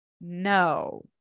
No